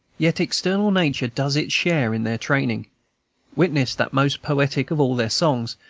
yet external nature does its share in their training witness that most poetic of all their songs,